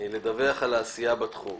מוזמנים לאו"ם לדווח על העשייה בתחום.